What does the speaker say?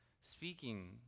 speaking